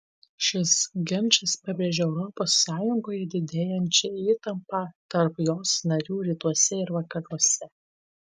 šis ginčas pabrėžė europos sąjungoje didėjančią įtampą tarp jos narių rytuose ir vakaruose